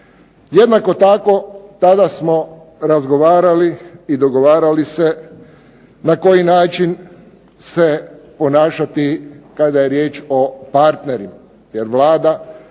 Jednako tako tada smo razgovarali i dogovarali se na koji način se ponašati kada je riječ o partnerima jer Vlada